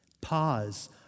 Pause